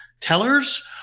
tellers